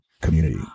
community